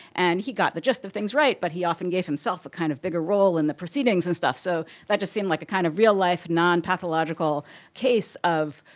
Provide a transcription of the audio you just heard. and he got the gist of things right, but he often gave himself a kind of bigger role in the proceedings and stuff. so that just seemed like a kind of real-life non-pathological case of,